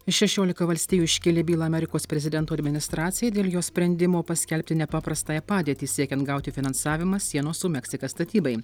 šešiolika valstijų iškėlė bylą amerikos prezidento administracijai dėl jo sprendimo paskelbti nepaprastąją padėtį siekiant gauti finansavimą sienos su meksika statybai